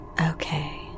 Okay